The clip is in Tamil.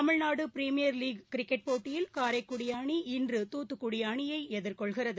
தமிழ்நாடுபீரிமியர் லீக் கிரிக்கெட் போட்டியில் காரைக்குடிஅணி இன்றுதாத்துக்குடிஅணியைஎதிர்கொள்கிறது